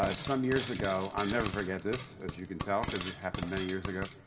ah some years ago, i'll never forget this, as you can tell, because it happened many years ago.